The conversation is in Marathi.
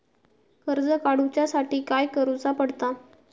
कर्ज काडूच्या साठी काय करुचा पडता?